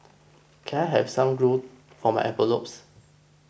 can I have some glue for my envelopes